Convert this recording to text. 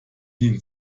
den